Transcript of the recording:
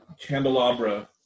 candelabra